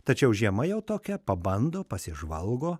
tačiau žiema jau tokia pabando pasižvalgo